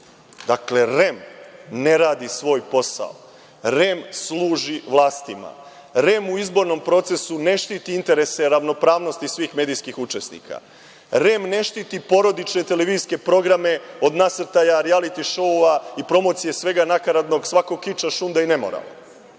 Srbije. Dakle, REM ne radi svoj posao, REM služi vlastima, REM u izbornom procesu ne štiti interese ravnopravnosti svih medijskih učesnika, REM ne štiti porodične televizijske programe od nasrtaja rijaliti šoua i promocija svega nakaradnog, kiča, šunda i nemorala,